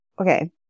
Okay